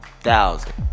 thousand